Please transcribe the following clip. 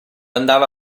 andava